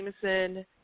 Jameson